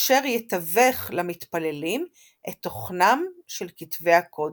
אשר יתווך למתפללים את תוכנם של כתבי הקודש.